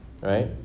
right